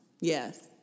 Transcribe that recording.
Yes